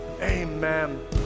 Amen